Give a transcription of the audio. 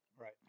right